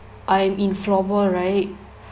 I am in floorball right